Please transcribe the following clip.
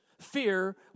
fear